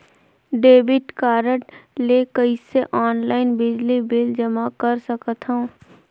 Debit card ले कइसे online बिजली बिल जमा कर सकथव?